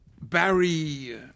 Barry –